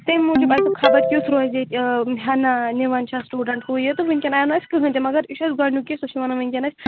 تَمہِ موٗجوٗب اَگر دوٚپ خبر کیُتھ روزِ ییٚتہِ ہٮ۪نہٕ نِوان چھا سٹوٗڈنٛٹ ہُہ یہِ تہٕ وٕنۍکٮ۪ن آیہِ نہٕ اَسہِ کٕہۭنۍ تہِ مگر یہِ چھُ اَسہِ گۄڈنیُک یہِ سُہ چھُ وَنان وٕنۍکٮ۪ن اَسہِ